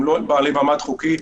הם לא בעלי מעמד חוקי.